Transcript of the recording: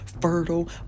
fertile